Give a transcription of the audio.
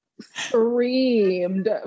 screamed